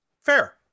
Fair